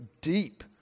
deep